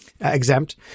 exempt